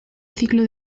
ciclo